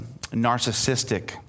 narcissistic